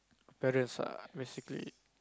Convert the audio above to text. parents ah basically